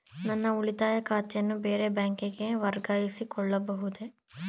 ನನ್ನ ಉಳಿತಾಯ ಖಾತೆಯನ್ನು ಬೇರೆ ಬ್ಯಾಂಕಿಗೆ ವರ್ಗಾಯಿಸಿಕೊಳ್ಳಬಹುದೇ?